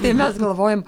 tai mes galvojam